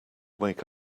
wake